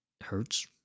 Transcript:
hurts